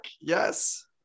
yes